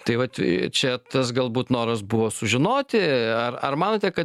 tai vat čia tas galbūt noras buvo sužinoti ar ar manote kad